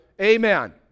amen